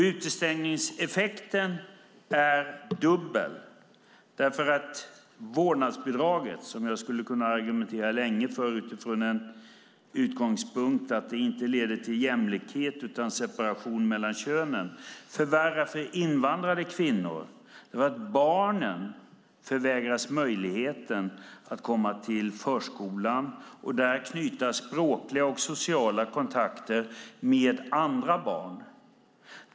Utestängningseffekten är dubbel därför att vårdnadsbidraget - som jag länge skulle kunna argumentera om utifrån att det inte leder till jämlikhet utan till separation mellan könen - förvärrar för invandrade kvinnor. Deras barn förvägras möjligheten att komma till förskolan och att där knyta språkliga och sociala kontakter med andra barn.